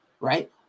right